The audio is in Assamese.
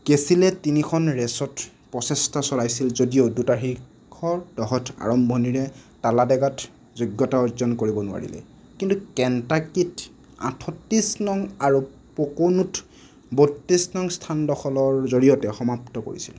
কেচিলে তিনিখন ৰেচত প্ৰচেষ্টা চলাইছিল যদিও দুটা শীৰ্ষ দহত আৰম্ভণিৰে টালাডেগাত যোগ্যতা অৰ্জন কৰিব নোৱাৰিলে কিন্তু কেণ্টাকিত আঠত্ৰিছ নং আৰু প'ক'নোত বত্ৰিছ নং স্থান দখলৰ জড়িয়তে সমাপ্ত কৰিছিল